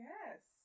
Yes